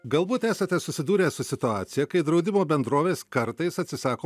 galbūt esate susidūrę su situacija kai draudimo bendrovės kartais atsisako